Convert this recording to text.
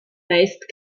meist